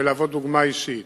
ולשמש דוגמה אישית.